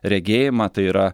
regėjimą tai yra